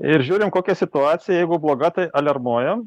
ir žiūrim kokia situacija jeigu bloga tai aliarmuojam